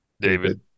david